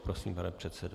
Prosím, pane předsedo.